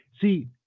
See